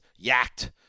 yacked